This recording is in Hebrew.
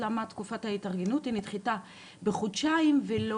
למה תקופה ההתארגנות נדחתה בחודשיים ולא